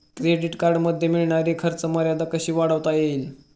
Credit कार्डमध्ये मिळणारी खर्च मर्यादा कशी वाढवता येईल?